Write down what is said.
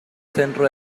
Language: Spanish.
centro